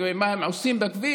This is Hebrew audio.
לגבי מה הם עושים בכביש.